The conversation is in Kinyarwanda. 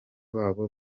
babo